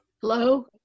Hello